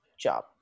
job